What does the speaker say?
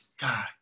God